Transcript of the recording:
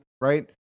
right